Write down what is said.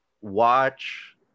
watch